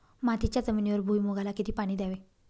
मातीच्या जमिनीवर भुईमूगाला किती पाणी द्यावे?